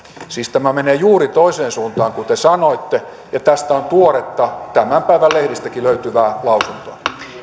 siis tämä menee juuri toiseen suuntaan kuin te sanoitte ja tästä on tuoretta tämän päivän lehdistäkin löytyvää lausuntoa